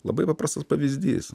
labai paprastas pavyzdys